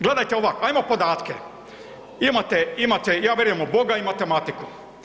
Gledajte ovak, ajmo podatke, imate, imate, ja vjerujem u Boga i matematiku.